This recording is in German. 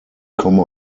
komme